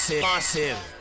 Massive